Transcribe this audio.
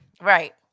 Right